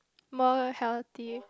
more healthy